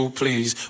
please